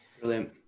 Brilliant